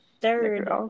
third